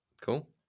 cool